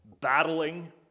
battling